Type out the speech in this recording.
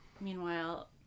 Meanwhile